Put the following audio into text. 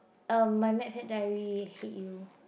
erm my mad fat diary hate you